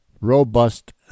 robust